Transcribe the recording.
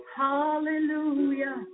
Hallelujah